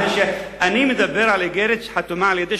הרי אני מדבר על איגרת שחתומה על-ידי